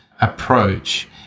approach